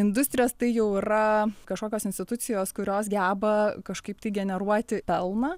industrijos tai jau yra kažkokios institucijos kurios geba kažkaip generuoti pelną